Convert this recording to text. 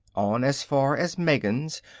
on as far as megan's,